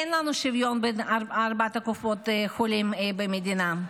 אין לנו שוויון בין ארבע קופות החולים במדינה.